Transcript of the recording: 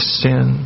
sin